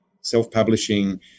self-publishing